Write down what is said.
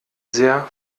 sehr